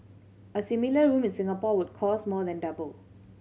a similar room in Singapore would cost more than double